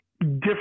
different